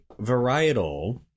varietal